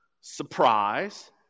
surprise